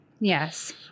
Yes